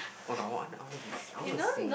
oh god I want I want to be I want to sing